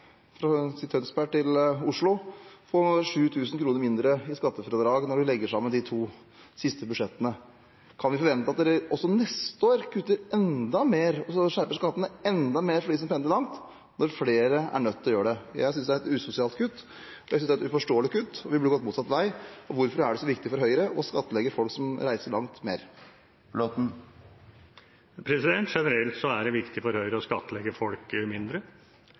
fra Flåttens hjemfylke, si fra Tønsberg til Oslo, få 7 000 kr mindre i skattefradrag når man legger sammen de to siste budsjettene? Kan vi forvente at regjeringen også neste år skjerper skattene enda mer for dem som pendler langt, når flere er nødt til å gjøre det? Jeg syns det er et usosialt kutt, jeg syns det er et uforståelig kutt. Vi burde gått motsatt vei. Hvorfor er det så viktig for Høyre å skattlegge folk som reiser langt, mer? Generelt er det viktig for Høyre å skattlegge folk mindre.